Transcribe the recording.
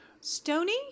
Stony